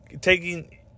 taking